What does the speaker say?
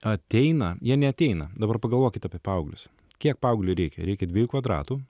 ateina jie neateina dabar pagalvokit apie paauglius kiek paaugliui reikia reikia dviejų kvadratų